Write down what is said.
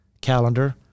calendar